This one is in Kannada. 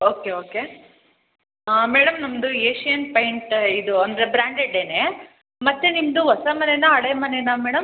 ಓಕೆ ಓಕೆ ಮೇಡಮ್ ನಮ್ಮದು ಏಶಿಯನ್ ಪೈಂಟ್ ಇದು ಅಂದರೆ ಬ್ರ್ಯಾಂಡೆಡ್ಡೇನೆ ಮತ್ತು ನಿಮ್ಮದು ಹೊಸ ಮನೇನ ಹಳೆ ಮನೇನ ಮೇಡಮ್